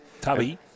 Tubby